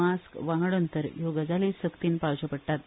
मास्क वांगड अंतर हयो गजालीय सक्तीन पाळच्यो पडटात